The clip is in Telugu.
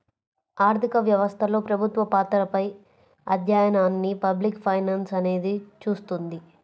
ఆర్థిక వ్యవస్థలో ప్రభుత్వ పాత్రపై అధ్యయనాన్ని పబ్లిక్ ఫైనాన్స్ అనేది చూస్తుంది